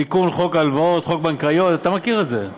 התיקון, הלוואות חוץ-בנקאיות, אתה מכיר את זה.